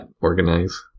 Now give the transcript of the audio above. Organize